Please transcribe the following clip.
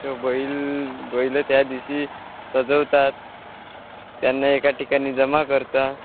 तर बैल बैल त्या दिवशी सजवतात त्यांना एका ठिकाणी जमा करता